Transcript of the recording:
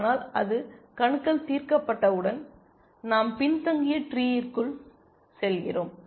ஆனால் அது கணுக்கள் தீர்க்கப்பட்டவுடன் நாம் பின்தங்கிய ட்ரீயிற்குள் செல்கிறோம்